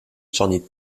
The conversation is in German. johnny